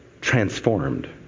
Transformed